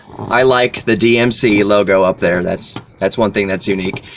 i like the dmc logo up there, that's that's one thing that's unique.